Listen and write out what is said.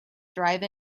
drive